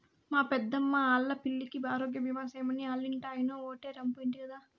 మా పెద్దమ్మా ఆల్లా పిల్లికి ఆరోగ్యబీమా సేయమని ఆల్లింటాయినో ఓటే రంపు ఇంటి గదా